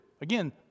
Again